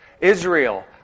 Israel